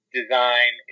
design